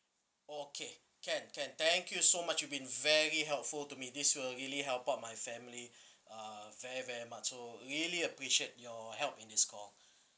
okay can can thank you so much you've been very helpful to me this will really help out my family uh very very much so really appreciate your help in this call